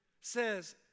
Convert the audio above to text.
says